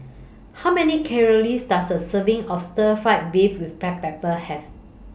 How Many Calories Does A Serving of Stir Fry Beef with Black Pepper Have